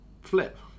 flip